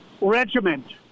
regiment